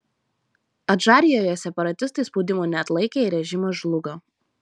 adžarijoje separatistai spaudimo neatlaikė ir režimas žlugo